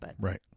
Right